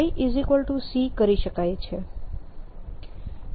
yC કરી શકાય છે